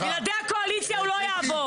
בלעדי הקואליציה הוא לא יעבור.